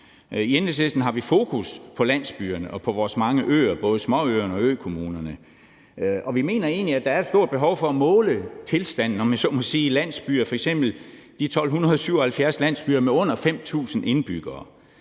I Enhedslisten har vi fokus på landsbyerne og på vores mange øer, både småøerne og økommunerne, og vi mener egentlig, at der er et stort behov for at måle tilstanden, om jeg så må sige, i landsbyerne – f.eks. i de 1.277 landsbyer med under 5.000 indbyggere.